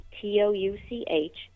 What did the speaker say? T-O-U-C-H